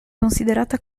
considerata